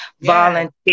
Volunteer